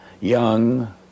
young